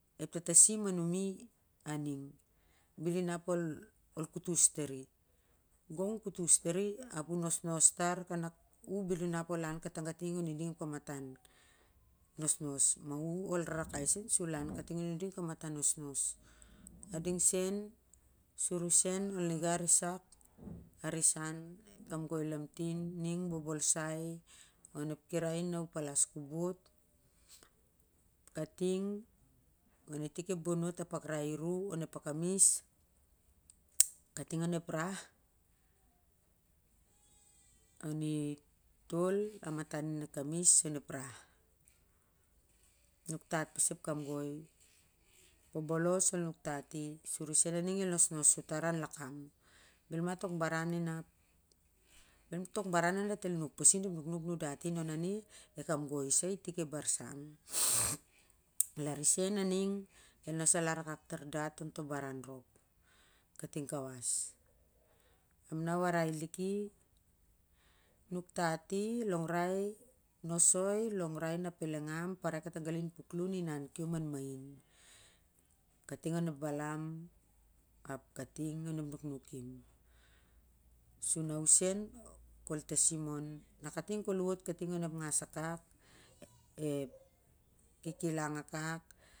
Ep tatasim a numi aning gong u kutus tari, bel inan ol kutus tari gong u kutus tari a u nosnos tar nak na bel inap ol in katigating on ning to kamatan nosnos u ol rarakai sen sol au kating on i ding kamatan nosnos ading sen sur u sen il niga risak a risen, kamgoi lamtin ning bobolsai na u palas ko bot kating on i tik ep bonot a pakrai i ru onep aka mis kating on ep rah on i tol a matan e kamis onep rah nuk tat pas ap kamgoi su e sen a ning el nos tar an lakman bel ma tok baran inap dat el nuk pasi onep nukuukin dat naore e kamgoi sa i tik ep baisan lar i sen a ning el nos alar tar dat ap to baran rop kating kawas ap na warai liki nuktati longrai i nosoi longrai ona pelengau parai kata gali an puklun ap ol inau kom an inan kating onep balam ap kating onep nuknuk kim su na u sen kol tasiman na kating na kol wot kating onep ngas akak ep kikilang akak.